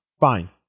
Fine